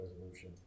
resolution